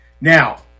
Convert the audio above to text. Now